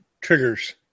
triggers